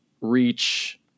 reach